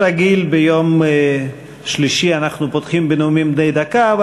כרגיל ביום שלישי אנחנו פותחים בנאומים בני דקה,